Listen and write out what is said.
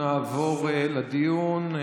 אנחנו נעבור לדיון.